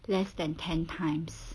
less than ten times